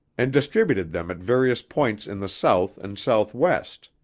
and distributed them at various points in the south and southwest.